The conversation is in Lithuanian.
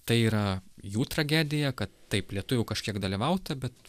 tai yra jų tragedija kad taip lietuvių kažkiek dalyvauta bet